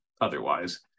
otherwise